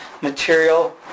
material